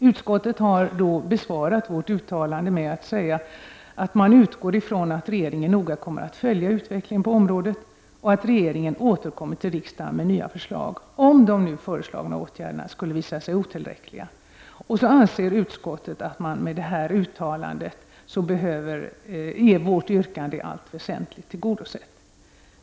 Utskottet har besvarat vårt uttalande med att säga att man utgår ifrån att regeringen noga kommer att följa utvecklingen på området och att regeringen återkommer till riksdagen med nya förslag, om de nu föreslagna åtgärderna skulle visa sig otillräckliga. Utskottet anser att vårt yrkande i och med detta uttalande i allt väsentligt är tillgodosett.